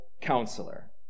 counselor